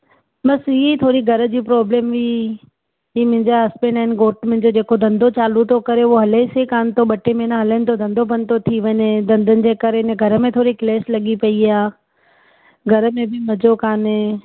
बसि इएं ई थोरी घर जी प्रॉब्लेम हुई की मुंहिंजा हसबंड आहिनि घोटु मुंहिंजो जेको धंधो चालू थो करे उहो हलेसि ई कान थो ॿ टे महीना हलनि त धंधो बंदि थो थी वञे धंधनि जे करे अन घर में थोरी क्लेश लॻी पेई आहे घर में बि मज़ो कान्हे